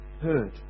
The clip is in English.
heard